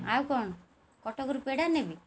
ଆଉ କ'ଣ କଟକରୁ ପେଡ଼ା ନେବି